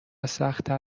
سختتر